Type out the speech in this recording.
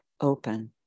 open